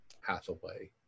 Hathaway